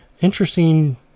Interesting